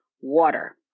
water